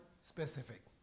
specific